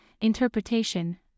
interpretation